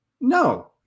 No